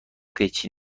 قیچی